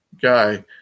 guy